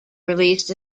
released